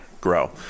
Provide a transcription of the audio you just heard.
grow